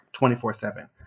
24-7